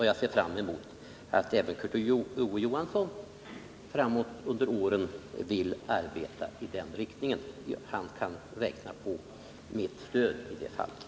Jag ser fram emot att även Kurt Ove Johansson under åren framöver vill arbeta i den riktningen. Han kan räkna på mitt stöd i det fallet.